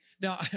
Now